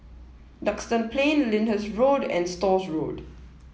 Duxton Plain Lyndhurst Road and Stores Road